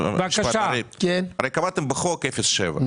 הרי קבעתם בחוק 0.7,